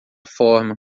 forma